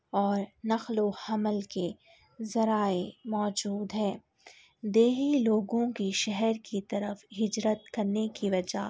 اور نقل و حمل کے ذرائع موجود ہیں دیہی لوگوں کی شہر کی طرف ہجرت کرنے کی وجہ